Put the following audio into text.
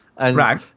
Right